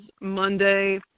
Monday